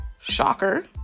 Shocker